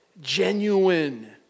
Genuine